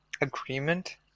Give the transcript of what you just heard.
agreement